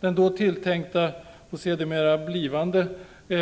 Den då tilltänkta och sedermera blivande